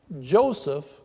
Joseph